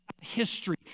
history